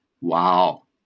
Wow